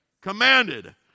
commanded